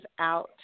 out